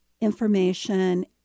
information